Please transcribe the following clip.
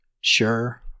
Sure